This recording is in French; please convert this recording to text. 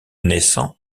naissant